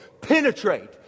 Penetrate